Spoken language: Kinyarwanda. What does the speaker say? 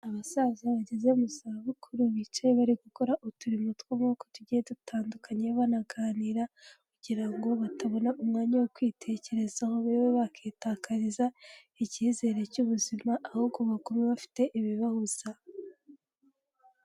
Abasaza bageze mu zabukuru bicaye bari gukora uturimo tw'amaboko tugiye dutandukanye banaganira kugira ngo batabona umwanya wo kwitekerezaho babe bakitakariza icyizere cy'ubuzima ahubwo bagume bafite ibibahuza.